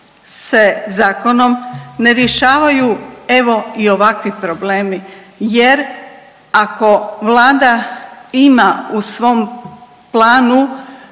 se zakonom ne rješavaju evo i ovakvi problemi jer ako Vlada ima u svom planu